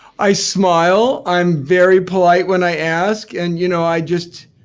i smile. i'm very polite when i ask. and you know i just,